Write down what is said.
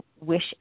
Wish